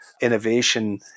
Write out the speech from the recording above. innovation